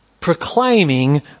Proclaiming